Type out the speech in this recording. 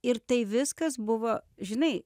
ir tai viskas buvo žinai